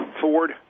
Ford